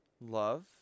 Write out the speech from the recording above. love